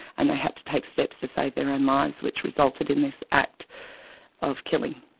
and they had to take steps to save their own lives, which resulted in this act of killing.